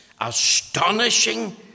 astonishing